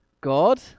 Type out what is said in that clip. god